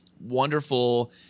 wonderful